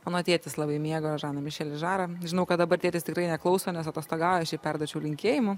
mano tėtis labai mėgo žaną mišelį žarą žinau kad dabar tėtis tikrai neklauso nes atostogauja aš jam perduočiau linkėjimų